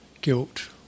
guilt